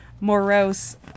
morose